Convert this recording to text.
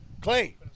Clay